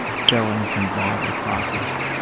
sell anything bought or processed.